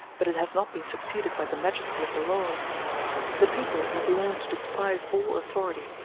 but it has not been succeeded by the majesty of the laws the people has learned to despise all authority,